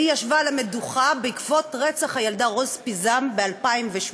היא ישבה על המדוכה בעקבות רצח הילדה רוז פיזם ב-2008.